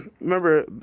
remember